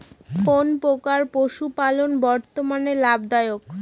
কোন প্রকার পশুপালন বর্তমান লাভ দায়ক?